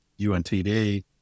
UNTD